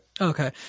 Okay